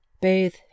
bathe